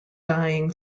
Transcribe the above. dying